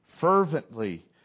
fervently